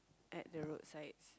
at the roadside